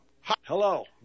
Hello